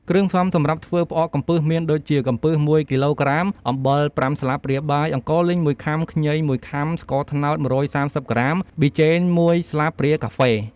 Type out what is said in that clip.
គ្រឿងផ្សំសម្រាប់ធ្វើផ្អកកំពឹសមានដូចជា កំពឹស ១ គីឡូក្រាម អំបិល ៥ស្លាបព្រាបាយ អង្ករលីង ១ខាំ ខ្ញី ១ខាំ ស្ករត្នោត ១៣០ក្រាម ប៊ីចេង ១ស្លាបព្រាកាហ្វេ។